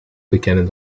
bekennen